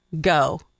go